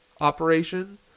operation